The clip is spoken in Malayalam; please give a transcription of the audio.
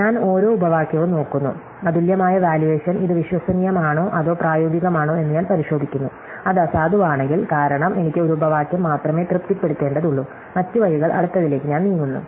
ഞാൻ ഓരോ ഉപവാക്യവും നോക്കുന്നു അതുല്യമായ വാല്യുവേഷൻ ഇത് വിശ്വസനീയമാണോ അതോ പ്രായോഗികമാണോ എന്ന് ഞാൻ പരിശോധിക്കുന്നു അത് അസാധുവാണെങ്കിൽ കാരണം എനിക്ക് ഒരു ഉപവാക്യം മാത്രമേ തൃപ്തിപ്പെടുത്തേണ്ടതുള്ളൂ മറ്റ് വഴികൾ അടുത്തതിലേക്ക് ഞാൻ നീങ്ങുന്നു